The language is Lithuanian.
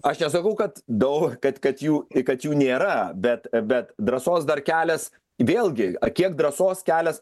aš nesakau kad daug kad kad jų kad jų nėra bet bet drąsos dar kelias vėlgi kiek drąsos kelias